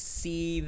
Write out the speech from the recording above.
see